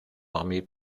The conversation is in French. armé